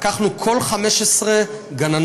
לקחנו כל 15 גננות,